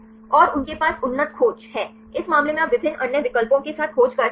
और उनके पास उन्नत खोज है इस मामले में आप विभिन्न अन्य विकल्पों के साथ खोज कर सकते हैं